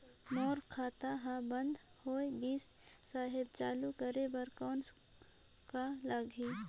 मोर खाता हर बंद होय गिस साहेब चालू करे बार कौन का लगही?